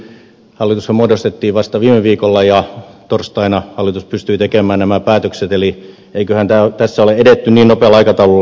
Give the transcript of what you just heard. hallitushan muodostettiin vasta viime viikolla ja torstaina hallitus pystyi tekemään nämä päätökset eli eiköhän tässä ole edetty niin nopealla aikataululla kuin mahdollista